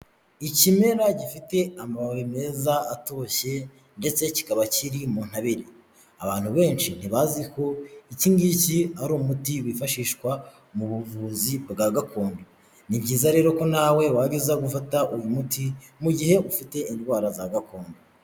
Ikimera gifite amababi meza atoshye ndetse kikaba kiri mu tabire, abantu benshi ntibazi ko iki ngiki ari umuti wifashishwa mu buvuzi bwa gakondo, ni byiza rero ko nawe wajya gufata uyu muti mu gihe ufite indwara za gakondo.